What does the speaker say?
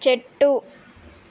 చెట్టు